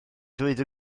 ddweud